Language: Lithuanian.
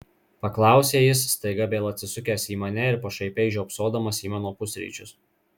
paklausė jis staiga vėl atsisukęs į mane ir pašaipiai žiopsodamas į mano pusryčius